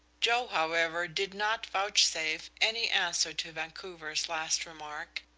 joe, however, did not vouchsafe any answer to vancouver's last remark,